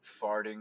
farting